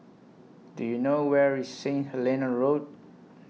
Do YOU know Where IS Saint Helena Road